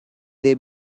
they